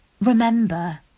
remember